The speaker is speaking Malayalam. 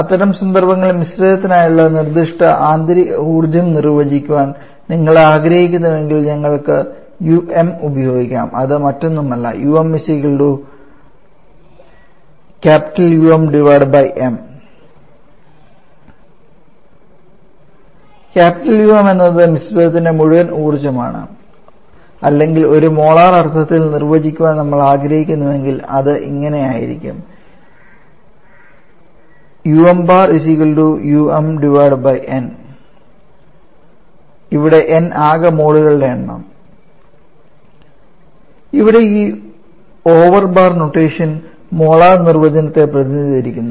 അത്തരം സന്ദർഭങ്ങളിൽ മിശ്രിതത്തിനായുള്ള നിർദ്ദിഷ്ട ആന്തരിക ഊർജ്ജം നിർവചിക്കാൻ നിങ്ങൾ ആഗ്രഹിക്കുന്നുവെങ്കിൽ ഞങ്ങൾക്ക് 'um' ഉപയോഗിക്കാം അത് മറ്റൊന്നുമല്ല Um എന്നത് മിശ്രിതത്തിന് മുഴുവൻ ഊർജ്ജമാണ് അല്ലെങ്കിൽ ഒരു മോളാർ അർത്ഥത്തിൽ നിർവചിക്കാൻ നമ്മൾആഗ്രഹിക്കുന്നുവെങ്കിൽ അത് ഇങ്ങനെ ആയിരിക്കും ഇവിടെ n ആകെ മോളുകളുടെ എണ്ണം ഇവിടെ ഈ ഓവർ ബാർ നൊട്ടേഷൻ മോളാർ നിർവചനത്തെ പ്രതിനിധീകരിക്കുന്നു